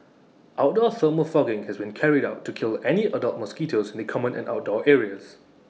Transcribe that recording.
outdoor thermal fogging has been carried out to kill any adult mosquitoes the common and outdoor areas